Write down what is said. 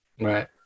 Right